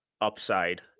upside